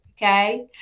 Okay